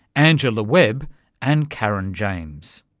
angela webb and karin james.